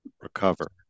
recover